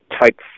Type